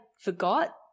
forgot